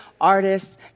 artists